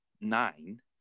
nine